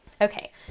Okay